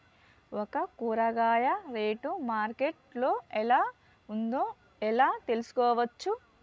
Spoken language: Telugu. ఒక కూరగాయ రేటు మార్కెట్ లో ఎలా ఉందో ఎలా తెలుసుకోవచ్చు?